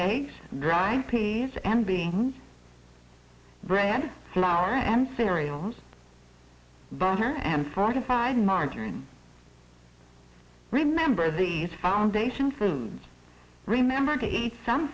eggs dry p s and beings bread flour and cereals butter and fortified margarine remember these foundations remember to eat some